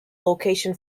location